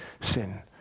sin